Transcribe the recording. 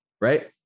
Right